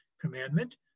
commandment